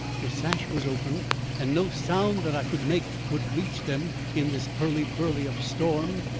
the sash was open and no sound that i could make would reach them in this hurly-burly of storm.